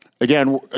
Again